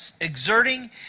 exerting